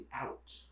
out